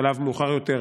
ובשלב מאוחר יותר,